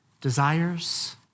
desires